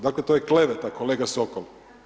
Dakle, to je kleveta kolega Sokol.